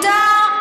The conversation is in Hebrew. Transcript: זה היה מיותר.